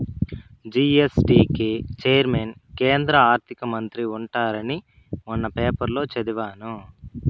GST కి chairman కేంద్ర ఆర్థిక మంత్రి ఉంటారని మొన్న పేపర్లో చదివాను